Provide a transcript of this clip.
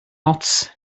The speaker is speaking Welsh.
ots